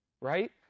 right